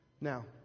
Now